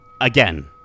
again